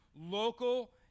local